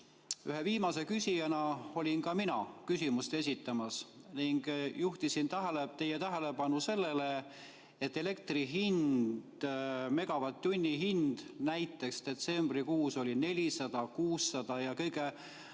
ühe viimase küsijana olin ka mina küsimust esitamas. Ma juhtisin teie tähelepanu sellele, et elektri hind, megavatt-tunni hind näiteks detsembrikuus oli 400 ja 600 ja kõige